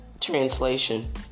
Translation